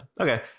okay